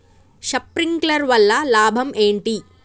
Sprinkler వల్ల లాభం ఏంటి?